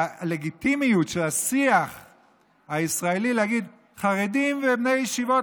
והלגיטימיות בשיח הישראלי להגיד: חרדים ובני ישיבות,